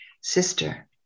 sister